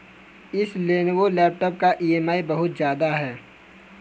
इस Lenovo laptop का EMI बहुत ज्यादा है